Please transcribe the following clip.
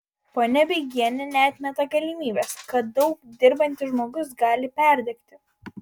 ponia beigienė neatmeta galimybės kad daug dirbantis žmogus gali perdegti